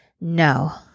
no